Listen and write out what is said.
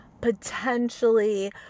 potentially